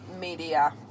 media